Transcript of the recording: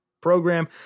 program